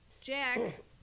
Jack